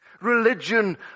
Religion